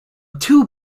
two